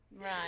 Right